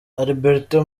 alberto